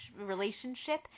relationship